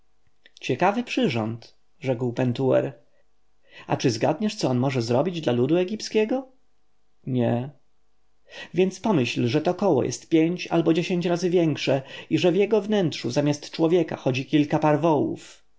ciekawy przyrząd rzekł pentuer a czy zgadniesz co on może zrobić dla ludu egipskiego nie więc pomyśl że to koło jest pięć albo dziesięć razy większe i że w jego wnętrzu zamiast człowieka chodzi kilka par